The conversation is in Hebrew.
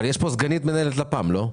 אבל נמצאת פה סגנית מנהל לפ"מ, לא?